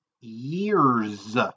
years